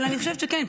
אבל אני חושבת שכן,